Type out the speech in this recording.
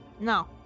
No